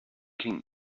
king